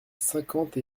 cinquante